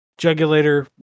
Jugulator